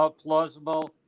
plausible